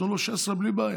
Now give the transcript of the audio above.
תנו לו 16 בלי בעיה,